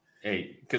Hey